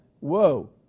Whoa